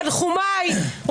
תנחומיי,